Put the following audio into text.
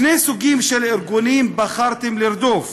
שני סוגים של ארגונים בחרתם לרדוף: